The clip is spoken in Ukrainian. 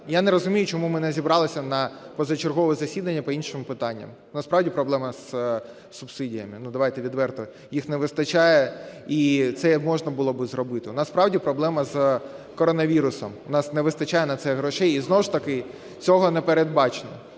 Я не розумію, чому ми не зібралися на позачергове засідання по іншим питанням. У на справді проблема з субсидіями, давайте відверто, їх не вистачає, і це можна було б зробити. У нас справді проблема з коронавірусом, у нас не вистачає на це грошей, і знову ж таки цього не передбачено.